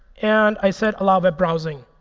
and i said allow web browsing.